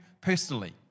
personally